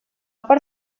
part